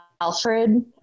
Alfred